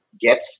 get